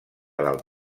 del